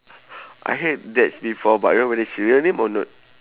I heard that before but I don't know whether it's real name or not